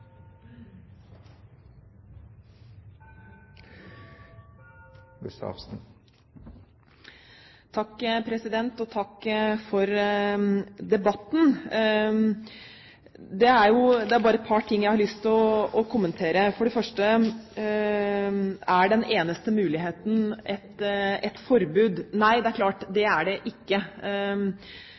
bare et par ting jeg har lyst til å kommentere. For det første: Er den eneste muligheten et forbud? Nei, det er klart at det er det ikke.